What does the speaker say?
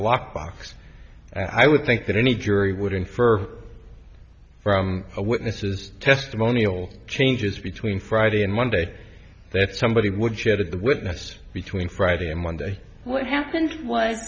lock box i would think that any jury would infer from the witnesses testimonial changes between friday and monday that somebody would check at the witness between friday and monday what happened w